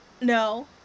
no